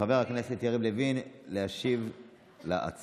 חבר הכנסת יריב לוין, להשיב להצעה.